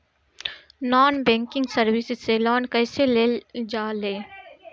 Non banking service से loan कैसे लेल जा ले?